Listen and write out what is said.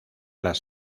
las